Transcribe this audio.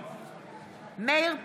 בעד מאיר פרוש,